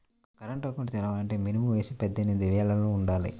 current account తెరవాలంటే minimum వయసు పద్దెనిమిది యేళ్ళు వుండాలి